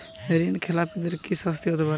ঋণ খেলাপিদের কি শাস্তি হতে পারে?